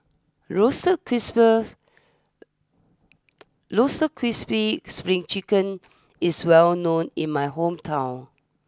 Roasted Crisp's Roasted Crispy Spring Chicken is well known in my hometown